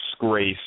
disgrace